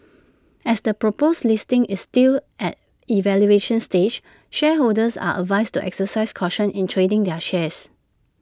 as the proposed listing is still at evaluation stage shareholders are advised to exercise caution in trading their shares